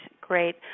great